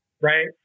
right